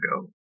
go